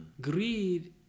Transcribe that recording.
Greed